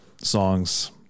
songs